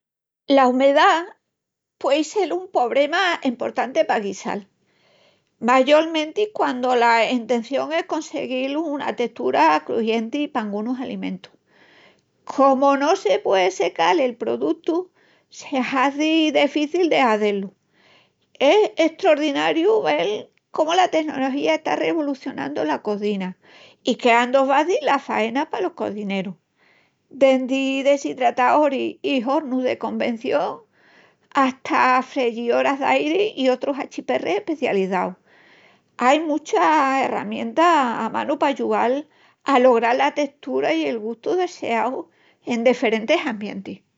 La umedá puéi sel un pobrema emportanti pa guisal, mayolmenti quandu la entención es consiguil una testura crujienti pa angunus alimentus. Comu no se pue secal el produtu se hazi defici de hazé-lu. Es estrordinariu vel comu la tenología está revolucionandu la cozina i queandu faci las faenas palos cozinerus. Dendi desidrataoris i hornus de conveción ata freyioras d'airi i otrus achiperris especializáus, ai muchas herramientas a manu pa ayual-si a logral la testura i'l gustu deseau en deferentis ambientis.